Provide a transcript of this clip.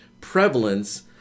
prevalence